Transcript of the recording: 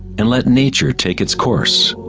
and let nature take its course.